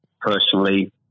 personally